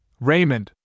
Raymond